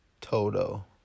Toto